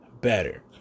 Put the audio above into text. better